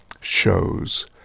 shows